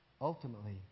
ultimately